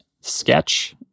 sketch